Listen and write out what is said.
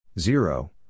zero